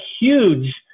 huge